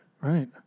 right